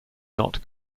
not